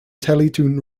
teletoon